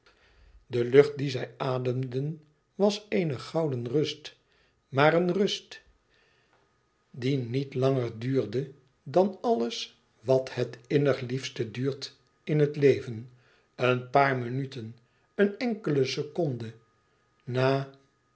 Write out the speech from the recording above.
de lucht die zij ademden was eene gouden rust maar een rust die niet langer duurde dan alles wat het innig liefste duurt in het leven een paar minuten een enkele seconde na